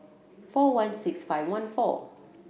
four one six five one four